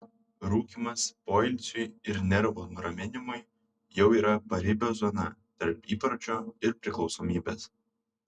rūkymas poilsiui ir nervų nuraminimui jau yra paribio zona tarp įpročio ir priklausomybės